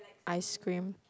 ice cream